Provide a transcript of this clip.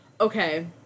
Okay